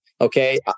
okay